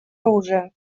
оружие